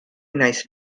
nice